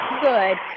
good